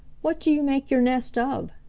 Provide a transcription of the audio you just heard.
what do you make your nest of?